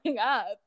up